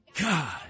God